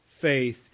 faith